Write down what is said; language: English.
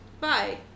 bye